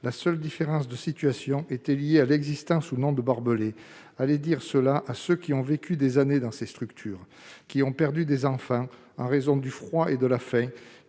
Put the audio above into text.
la seule différence de traitement n'était liée qu'à l'existence de barbelés. Allez dire cela à ceux qui ont vécu des années dans ces structures, qui ont perdu des enfants en raison du froid et de la faim